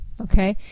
Okay